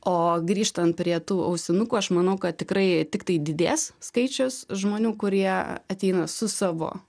o grįžtant prie tų ausinukų aš manau kad tikrai tiktai didės skaičius žmonių kurie ateina su savo